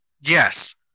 yes